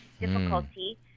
difficulty